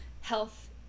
health